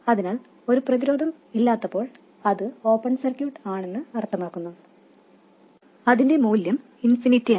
അതിനാൽ ഒരു പ്രതിരോധം ഇല്ലാത്തപ്പോൾ അത് ഓപ്പൺ സർക്യൂട്ട് ആണെന്ന് അർത്ഥമാക്കുന്നു അതിന്റെ മൂല്യം ഇൻഫിനിറ്റിയാണ്